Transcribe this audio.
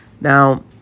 Now